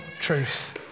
truth